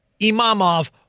Imamov